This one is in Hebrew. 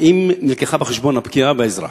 האם הובאה בחשבון הפגיעה באזרח?